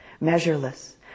measureless